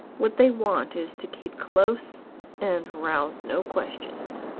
what they want is too keep close and rouse no questions.